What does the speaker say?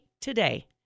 today